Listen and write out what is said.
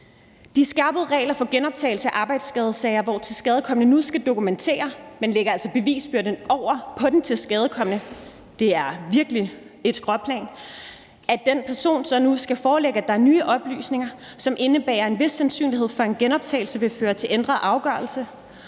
De skærpede regler for genoptagelse af arbejdsskadesager, hvor tilskadekomne nu skal dokumentere – man lægger altså bevisbyrden over på den tilskadekomne, det er virkeligt et skråplan – og forelægge, at der er nye oplysninger, som indebærer en vis sandsynlighed for, at en genoptagelse af sagen vil føre til en ændret afgørelse.